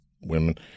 women